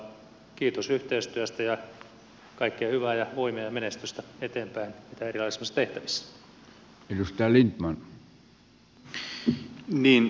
kiitos yhteistyöstä ja kaikkea hyvää ja voimia ja menestystä eteenpäin mitä erilaisimmissa tehtävissä